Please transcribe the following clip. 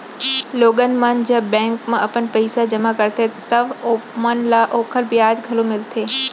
लोगन मन जब बेंक म अपन पइसा जमा करथे तव ओमन ल ओकर बियाज घलौ मिलथे